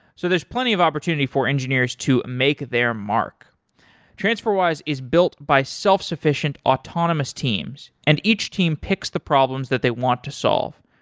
so there's plenty of opportunities for engineers to make their mark transferwise is built by self-sufficient autonomous teams. and each team picks the problems that they want to solve.